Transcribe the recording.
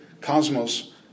cosmos